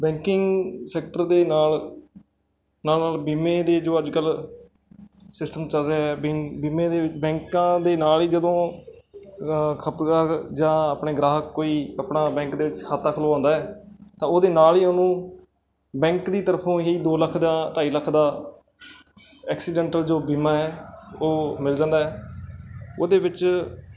banking sector ਦੇ ਨਾਲ ਨਾਲ ਨਾਲ ਬੀਮੇ ਦੇ ਜੋ ਅੱਜ ਕੱਲ੍ਹ ਸਿਸਟਮ ਚੱਲ ਰਿਹਾ ਬਈ ਬੀਮੇ ਦੇ ਵਿੱਚ ਬੈਂਕਾਂ ਦੇ ਨਾਲ ਹੀ ਜਦੋਂ ਖਪਤਕਾਰ ਜਾਂ ਆਪਣੇ ਗਾਹਕ ਕੋਈ ਆਪਣਾ ਬੈਂਕ ਦੇ ਵਿੱਚ ਖਾਤਾ ਖੁਲਵਾਉਂਦਾ ਤਾਂ ਉਹਦੇ ਨਾਲ ਹੀ ਉਹਨੂੰ ਬੈਂਕ ਦੀ ਤਰਫੋਂ ਇਹੀ ਦੋ ਲੱਖ ਦਾ ਢਾਈ ਲੱਖ ਦਾ ਐਕਸੀਡੈਂਟਲ ਜੋ ਬੀਮਾ ਹੈ ਉਹ ਮਿਲ ਜਾਂਦਾ ਉਹਦੇ ਵਿੱਚ